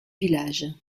village